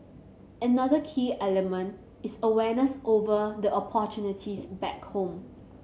another key element is awareness over the opportunities back home